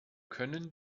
können